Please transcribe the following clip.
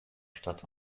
stadt